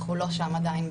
אנחנו לא שם עדיין,